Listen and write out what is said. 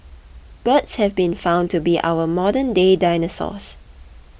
birds have been found to be our modernday dinosaurs